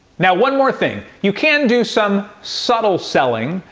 now one more thing you can do some subtle selling,